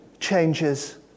changes